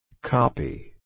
Copy